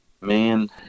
Man